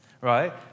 right